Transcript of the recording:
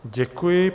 Děkuji.